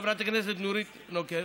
חברת הכנסת נורית קורן,